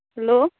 hello